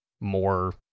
more